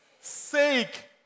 sake